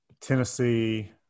Tennessee